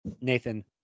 nathan